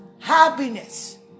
happiness